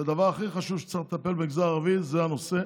הדבר הכי חשוב שצריך לטפל במגזר הערבי זה הנושא